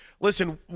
listen